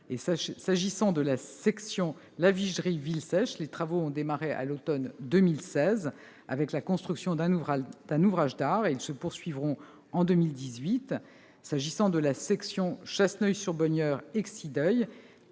S'agissant de la section La Vigerie-Villesèche, les travaux ont démarré à l'automne 2016, avec la construction d'un ouvrage d'art, et se poursuivront en 2018. Pour ce qui concerne la section Chasseneuille-sur-Bonnieure-Exideuil-sur-Vienne,